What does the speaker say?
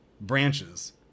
branches